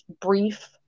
brief